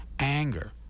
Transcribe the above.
Anger